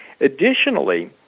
Additionally